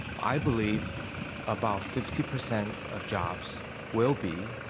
i believe about fifty percent of jobs will be